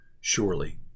Surely